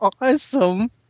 awesome